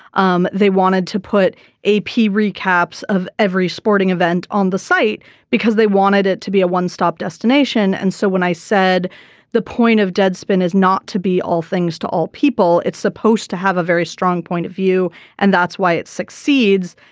um they wanted to put ap recaps of every sporting event on the site because they wanted it to be a one stop destination. and so when i said the point of deadspin is not to be all things to all people it's supposed to have a very strong point of view and that's why it succeeds.